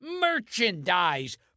merchandise